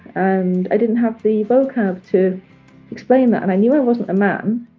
and i didn't have the vocab to explain that. and i knew i wasn't a man,